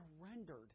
surrendered